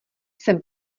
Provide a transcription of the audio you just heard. jsem